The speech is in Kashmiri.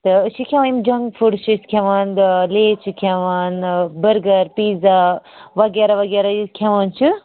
تہٕ أسۍ چھِ کھٮ۪وان یم جنک فُڈ چھِ أسۍ کھٮ۪وان لیز چھِ کھٮ۪وان آ بٔرگر پیٖزا وغیرہ وغیرہ یہِ کھٮ۪وان چھِ